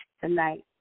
tonight